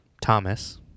Thomas